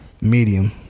Medium